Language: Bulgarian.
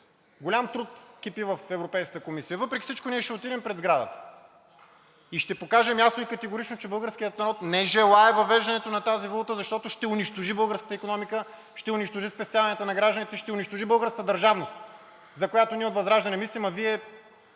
голям труд кипи в Европейската комисия, но въпреки всичко ние ще отидем пред сградата. Ще покажем ясно и категорично, че българският народ не желае въвеждането на тази валута, защото ще унищожи българската икономика, ще унищожи спестяванията на гражданите, ще унищожи българска държавност, за която ние от ВЪЗРАЖДАНЕ мислим, а Вие